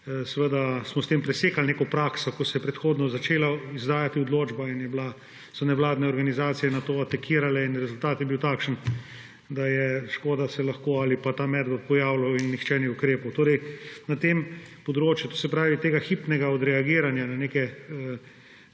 seveda smo s tem presekali neko prakso, ko se je predhodno začela izdajati odločba in so nevladne organizacije na to atakirale in rezultat je bil takšen, da se je lahko škoda ali pa ta medved pojavljal in nihče ni ukrepal. Torej, na področju hipnega odreagiranja na neke